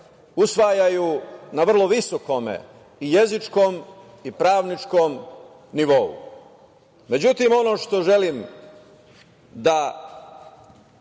usvajaju na vrlo visokom i jezičkom i pravničkom nivou. Međutim, ono što želim da